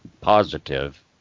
positive